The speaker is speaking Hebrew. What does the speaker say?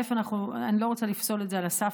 אני לא רוצה לפסול את זה על הסף,